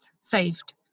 saved